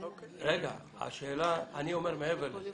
אני אומר מעבר לזה,